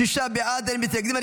שישה בעד, אין מתנגדים.